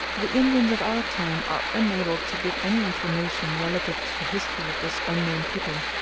the indians of our time are unable to give any information relative to the history of this unknown people.